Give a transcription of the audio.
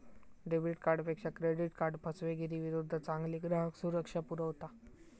debit कार्डपेक्षा credit card फसवेगिरीविरुद्ध चांगली ग्राहक सुरक्षा पुरवता